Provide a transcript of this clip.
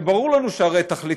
ברור לנו שתכליתו,